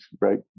right